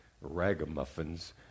ragamuffins